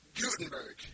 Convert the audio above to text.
Gutenberg